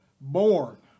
born